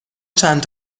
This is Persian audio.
چند